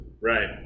right